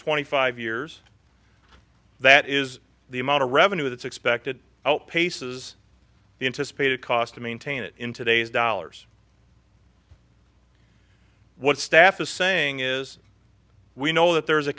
twenty five years that is the amount of revenue that's expected outpaces into spaded cost to maintain it in today's dollars what staff is saying is we know that there is a